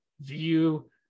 view